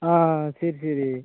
ஆ சரி சரி